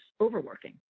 overworking